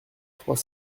trois